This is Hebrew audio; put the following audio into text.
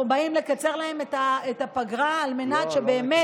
אנחנו באים לקצר להם את הפגרה על מנת שבאמת